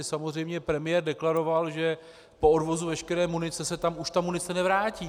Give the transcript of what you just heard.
Samozřejmě premiér deklaroval, že po odvozu veškeré munice se tam už ta munice nevrátí.